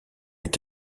est